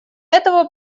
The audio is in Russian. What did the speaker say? этого